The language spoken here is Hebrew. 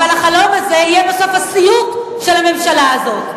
אבל החלום הזה יהיה בסוף הסיוט של הממשלה הזאת.